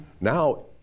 Now